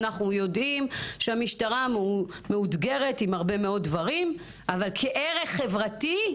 ואנחנו יודעים שהמשטרה מאותגרת עם הרבה מאוד דברים אבל כערך חברתי,